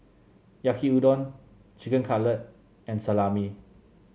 Yaki Udon Chicken Cutlet and Salami